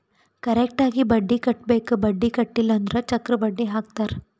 correct ಆಗಿ ಬಡ್ಡಿ ಕಟ್ಟಬೇಕ್ ಬಡ್ಡಿ ಕಟ್ಟಿಲ್ಲ ಅಂದುರ್ ಚಕ್ರ ಬಡ್ಡಿ ಹಾಕ್ತಾರ್